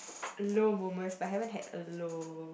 low moments I haven't had a low